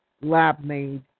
lab-made